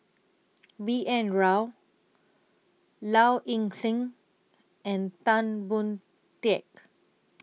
B N Rao Low Ing Sing and Tan Boon Teik